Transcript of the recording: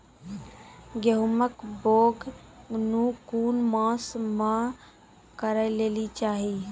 गेहूँमक बौग कून मांस मअ करै लेली चाही?